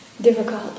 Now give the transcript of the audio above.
difficult